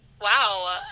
Wow